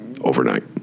overnight